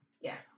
Yes